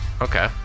okay